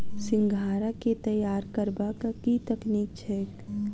सिंघाड़ा केँ तैयार करबाक की तकनीक छैक?